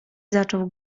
zaczął